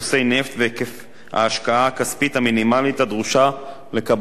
ההשקעה הכספית המינימלית הדרושה לקבלת רשיון,